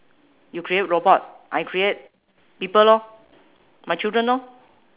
you create robot I create people lor my children lor